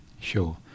Sure